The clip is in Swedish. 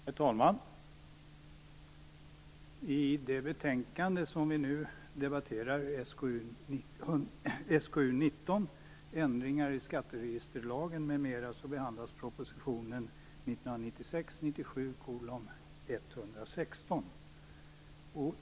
Herr talman! I det betänkande som vi nu debatterar, 1996 97:116.